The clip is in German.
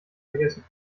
vergessen